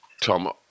Tom